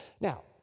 Now